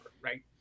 right